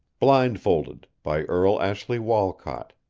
blindfolded by earle ashley walcott